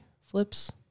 flips